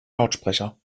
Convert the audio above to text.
lautsprecher